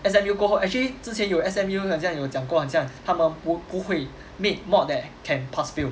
S_M_U 过后 actually 之前有 S_M_U 很像有讲过很像他们不不会 make mod that can pass fail